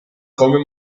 come